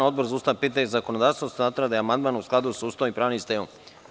Odbor za ustavna pitanja i zakonodavstvo smatra da je amandman u skladu sa Ustavom i pravnim sistemom.